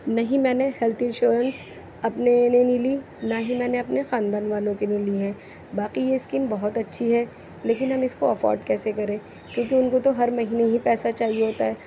نہیں میں نے ہیلتھ ایشورینس اپنے لئے نہیں لی نہ ہی میں نے اپنے خاندان والوں کے لئے لی ہیں باقی یہ اسکیم بہت اچھی ہے لیکن ہم اس کو افورڈ کیسے کریں کیونکہ ان کو تو ہر مہینے ہی پیسہ چاہیے ہوتا ہے